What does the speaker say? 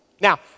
Now